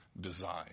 design